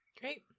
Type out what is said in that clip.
great